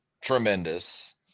tremendous